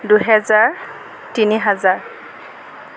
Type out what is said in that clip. দুহেজাৰ তিনি হেজাৰ